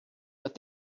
but